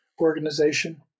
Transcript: organization